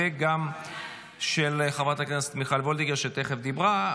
וגם של חברת הכנסת מיכל וולדיגר שדיברה.